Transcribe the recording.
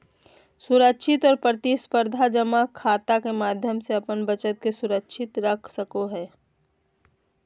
सुरक्षित और प्रतिस्परधा जमा खाता के माध्यम से अपन बचत के सुरक्षित रख सको हइ